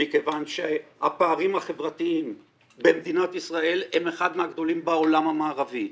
מכיוון שהפערים החברתיים במדינת ישראל הם אחד מהגדולים בעולם המערבי.